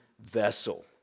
vessel